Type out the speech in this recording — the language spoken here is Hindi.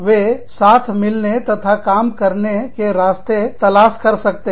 वे साथ मिलने तथा काम करने के रास्ते तलाश कर सकते हैं